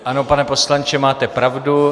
Ano, pane poslanče, máte pravdu.